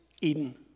Eden